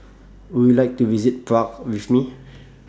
Would YOU like to visit Prague with Me